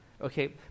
Okay